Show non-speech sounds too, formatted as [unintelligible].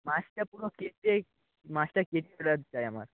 মাছটা পুরো কেটে মাছটা [unintelligible] চাই আমার